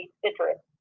citrus